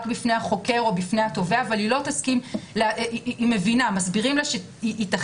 בפני החוקר או בפני התובע אבל היא לא תסכים מסבירים לה שייתכן